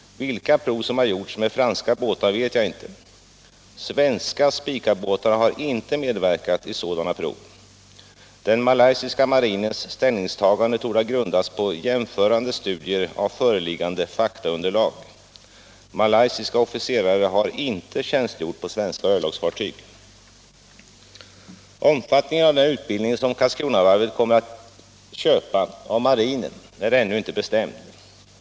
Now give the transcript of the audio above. Vilka prov som har gjorts med franska båtar vet jag inte. Svenska Spicabåtar har inte medverkat i sådana prov. Den malaysiska marinens ställningstagande torde ha grundats på jämförande studier av föreliggande faktaunderlag. Malaysiska officerare har inte tjänstgjort på svenska örlogsfartyg. Omfattningen av den utbildning som Karlskronavarvet kommer att köpa av marinen är ännu inte bestämd.